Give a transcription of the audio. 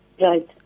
Right